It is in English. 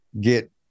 get